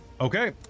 Okay